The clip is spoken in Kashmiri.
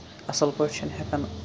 اَصٕل پٲٹھۍ چھِنہٕ ہٮ۪کان